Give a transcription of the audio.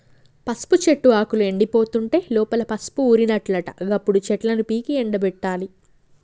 పసుపు చెట్టు ఆకులు ఎండిపోతుంటే లోపల పసుపు ఊరినట్లట గప్పుడు చెట్లను పీకి ఎండపెట్టాలి